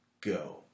go